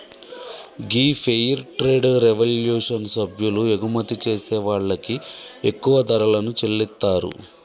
గీ fair trade revolution సభ్యులు ఎగుమతి చేసే వాళ్ళకి ఎక్కువ ధరలను చెల్లితారు